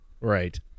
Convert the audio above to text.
right